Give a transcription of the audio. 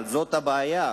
אבל זאת הבעיה,